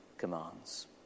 commands